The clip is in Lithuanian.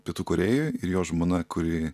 pietų korėjoj ir jo žmona kuri